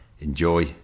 Enjoy